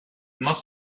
must